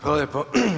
Hvala lijepo.